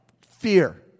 fear